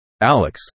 Alex